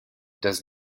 does